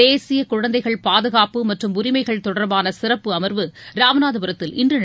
தேசிய குழந்தைகள் பாதுகாப்பு மற்றும் உரிமைகள் தொடர்பான சிறப்பு அமர்வு ராமநாதபுரத்தில் இன்று நடைபெறவுள்ளது